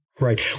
Right